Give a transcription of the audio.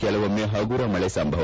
ಕೆಲವೊಮ್ಮೆ ಪಗುರ ಮಳೆ ಸಂಭವ